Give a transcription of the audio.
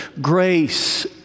grace